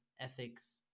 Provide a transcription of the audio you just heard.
ethics